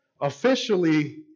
officially